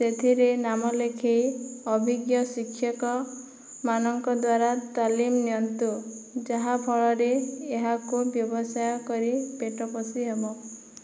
ସେଥିରେ ନାମ ଲେଖେଇ ଅଭିଜ୍ଞ ଶିକ୍ଷକମାନଙ୍କ ଦ୍ୱାରା ତାଲିମ ନିଅନ୍ତୁ ଯାହାଫଳରେ ଏହାକୁ ବ୍ୟବସାୟ କରି ପେଟ ପୋଷି ହେବ